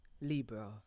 Libra